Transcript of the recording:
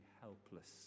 helpless